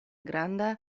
granda